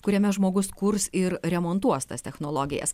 kuriame žmogus kurs ir remontuos tas technologijas